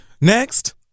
Next